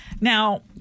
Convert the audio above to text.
Now